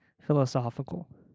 philosophical